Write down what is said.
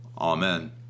Amen